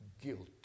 guilty